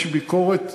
יש ביקורת?